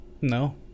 No